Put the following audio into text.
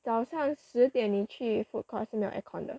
早上十点你去 food court 是没有 air con 的